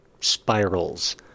spirals